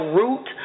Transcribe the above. root